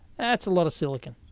that's a lot of silicon.